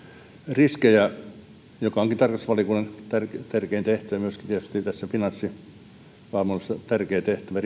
riskejä pitää koko ajan kartoittaa mikä onkin tarkastusvaliokunnan tärkein tehtävä ja myöskin tässä finanssivalvonnassa tärkeä tehtävä